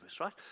right